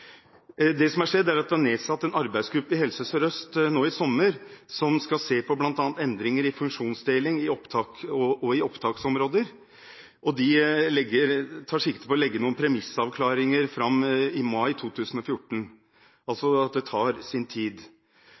Det som har skjedd, er at det ble nedsatt en arbeidsgruppe i Helse Sør-Øst i sommer som skal se på bl.a. endringer i funksjonsdeling og i opptaksområder. De tar sikte på å legge fram noen premissavklaringer i mai 2014 – det tar altså sin tid.